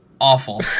awful